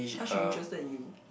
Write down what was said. why she interested in you